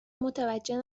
متوجه